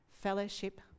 fellowship